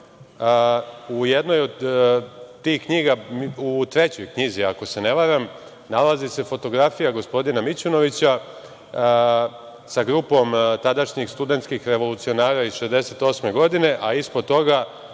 U jednoj od tih knjiga, u trećoj knjizi, ako se ne varam, nalazi se fotografija gospodina Mićunovića sa grupom tadašnjih studentskih revolucionara iz 1968. godine, a ispod toga